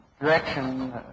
direction